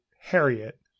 Harriet